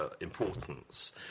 importance